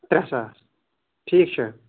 ترٛےٚ ساس ٹھیٖک چھا